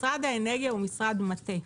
משרד האנרגיה הוא משרד מטה,